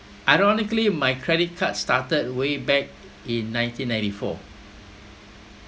ironically my credit card started way back in nineteen ninety four